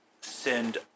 send